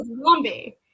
zombie